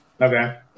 Okay